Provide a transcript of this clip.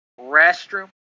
restroom